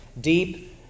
deep